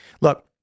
Look